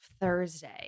Thursday